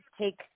take